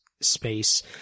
space